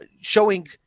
showing